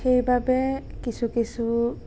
সেইবাবে কিছু কিছু